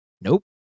Nope